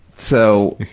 so,